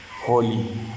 holy